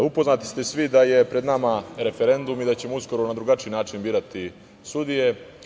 Upoznati ste svi da je pred nama referendum i da ćemo uskoro na drugačiji način birati sudije.